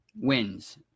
wins